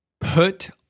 Put